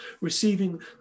receiving